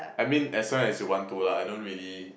I mean as long as you want to lah I don't really